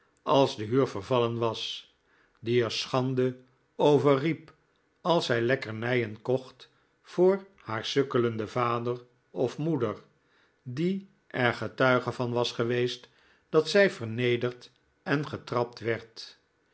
als de huur vervallen was die er schande over riep als zij lekkernijen kocht voor haar sukkelenden vader of moeder die er getuige van was geweest dat zij vernederd en getrapt werd